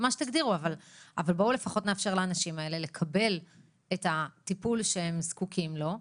אבל בואו לפחות נאפשר לאנשים האלה לקבל את הטיפול שהם זקוקים לו.